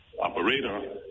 operator